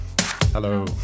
Hello